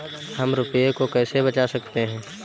हम रुपये को कैसे बचा सकते हैं?